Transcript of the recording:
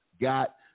got